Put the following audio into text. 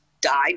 died